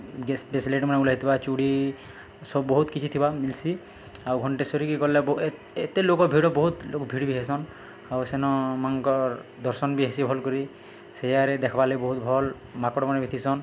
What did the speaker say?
ବେସ୍ଲେଟ୍ମାନେ ଉଲା ହେଇଥିବା ଚୁଡ଼ି ସବୁ ବହୁତ୍ କିଛି ଥିବା ମିଲ୍ସି ଆଉ ଘଣ୍ଟେଶ୍ୱରୀକେ ଗଲେ ଏତେ ଲୋକ ଭିଡ଼ ବହୁତ୍ ଲୋକ ଭିଡ଼୍ ବି ହେସନ୍ ଆଉ ସେନ ମା'ଙ୍କର୍ ଦର୍ଶନ ବି ହେସି ଭଲ୍ କରି ସେଆରେ ଦେଖ୍ବାର୍ ଲାଗି ବହୁତ୍ ଭଲ୍ ମାକଡ଼୍ମାନେ ବି ଥିସନ୍